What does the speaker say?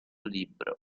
libro